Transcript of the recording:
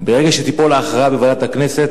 ברגע שתיפול ההכרעה בוועדת הכנסת,